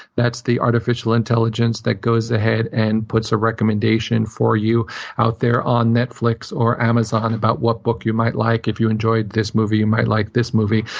that's the artificial intelligence that goes ahead and puts a recommendation for you out there on netflix or amazon about what book you might like. if you enjoyed this movie, you might like this movie.